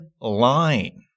line